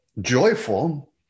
joyful